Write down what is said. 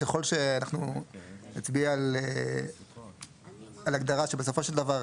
שככל שאנחנו נצביע על הגדרה שבסופו של דבר,